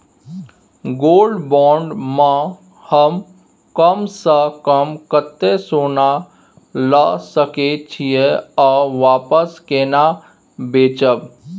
Gold bond म हम कम स कम कत्ते सोना ल सके छिए आ वापस केना बेचब?